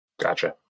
Gotcha